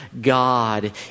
God